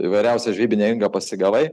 įvairiausias žvejybinę ingą pasigavai